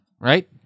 right